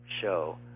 show